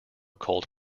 cult